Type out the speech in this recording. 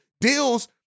deals